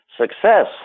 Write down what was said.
success